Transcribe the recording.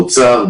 אוצר,